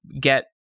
get